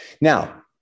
Now